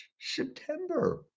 September